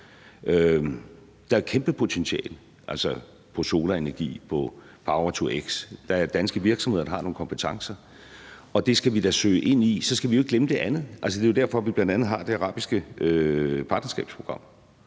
er et kæmpe potentiale, f.eks. inden for solenergi og power-to-x. Der er danske virksomheder, der har nogle kompetencer, og det skal vi da søge ind i. Så skal vi jo ikke glemme det andet. Altså, det er jo derfor, at vi bl.a. har Dansk-Arabisk Partnerskabsprogram,